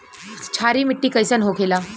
क्षारीय मिट्टी कइसन होखेला?